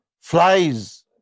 flies